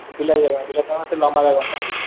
ବିଲାତି ବାଇଗଣ ବିଲାତି ବାଇଗଣ ସେ ଲମ୍ବା ବାଇଗଣଟା